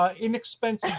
inexpensive